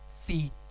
feet